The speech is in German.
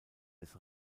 des